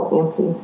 empty